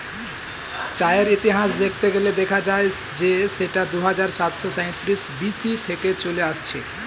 চায়ের ইতিহাস দেখতে গেলে দেখা যায় যে সেটা দুহাজার সাতশো সাঁইত্রিশ বি.সি থেকে চলে আসছে